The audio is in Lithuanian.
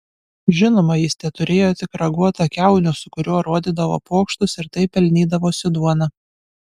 žinoma jis teturėjo tik raguotą kiaunių su kuriuo rodydavo pokštus ir taip pelnydavosi duoną